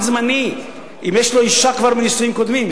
זמני אם יש לו כבר אשה מנישואין קודמים,